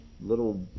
little